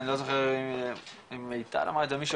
אני לא זוכר אם מיטל אמרה את זה או מישהו